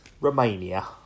Romania